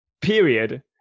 period